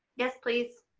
yes, please.